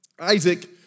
Isaac